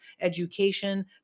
education